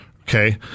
Okay